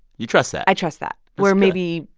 you trust that i trust that. where maybe.